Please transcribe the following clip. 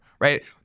Right